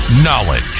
Knowledge